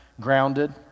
grounded